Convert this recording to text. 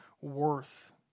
worth